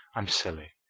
i'm silly,